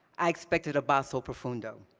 i expected a basso profundo.